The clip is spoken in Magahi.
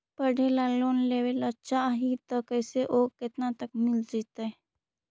पढ़े ल लोन लेबे ल चाह ही त कैसे औ केतना तक मिल जितै?